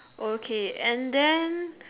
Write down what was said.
okay and then